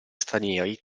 stranieri